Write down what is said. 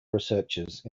researchers